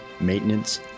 maintenance